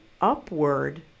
upward